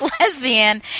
lesbian